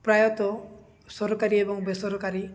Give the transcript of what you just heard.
ପ୍ରାୟତଃ ସରକାରୀ ଏବଂ ବେସରକାରୀ